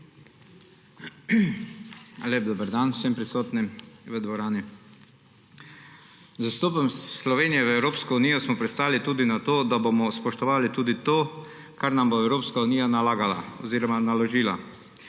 Lep dober dan vsem prisotnim v dvorani! Z vstopom Slovenije v Evropsko unijo smo pristali tudi na to, da bomo spoštovali tudi to, kar nam bo Evropska unija nalagala oziroma naložila.